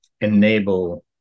enable